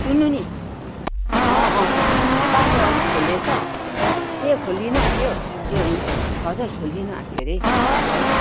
सुन्नु नि अँ अँ अँ त्यो बाटो अलिक खोल्लिएछ ए खोलिनु आँट्यो ए हुन्छ हुन्छ सजल खोल्लिनु आँट्यो हरे है लु है